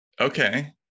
Okay